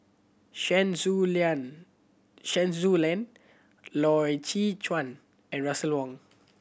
Chen Su Chen Su Lan Loy Chye Chuan and Russel Wong